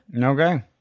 Okay